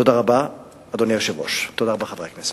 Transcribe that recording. תודה רבה, אדוני היושב-ראש, תודה רבה, חברי הכנסת.